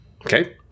Okay